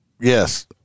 yes